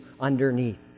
underneath